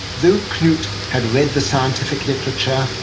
though knut had read the scientific literature,